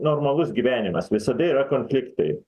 normalus gyvenimas visada yra konfliktai